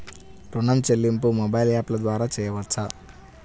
ఋణం చెల్లింపు మొబైల్ యాప్ల ద్వార చేయవచ్చా?